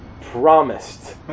promised